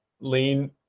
lean